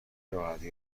راحتی